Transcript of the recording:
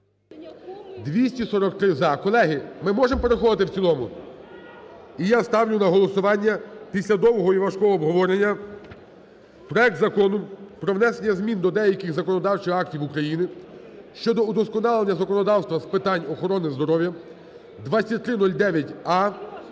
За-243 Колеги, ми можемо переходити в цілому? І я ставлю на голосування після довгого і важкого обговорення проект Закону про внесення змін до деяких законодавчих актів України щодо удосконалення законодавства з питань охорони здоров'я (2309а)